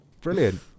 Brilliant